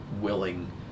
willing